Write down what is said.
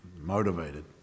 motivated